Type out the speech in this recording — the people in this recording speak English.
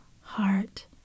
heart